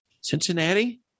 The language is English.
Cincinnati